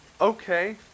Okay